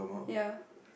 ya